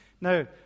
Now